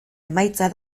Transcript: emaitza